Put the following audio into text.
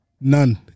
None